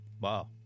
Wow